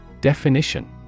Definition